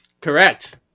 correct